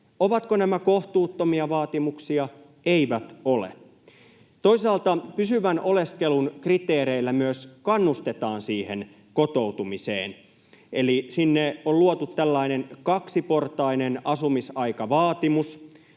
Ovatko nämä kohtuuttomia vaatimuksia? Eivät ole. Toisaalta pysyvän oleskelun kriteereillä myös kannustetaan siihen kotoutumiseen, eli sinne on luotu tällainen kaksiportainen asumisaikavaatimus.